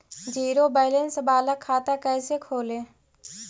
Zero balance बाला खाता कैसे खोले?